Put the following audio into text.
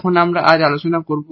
এখন আমরা আজ আলোচনা করব